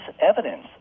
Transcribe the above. evidence